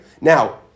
now